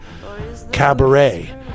cabaret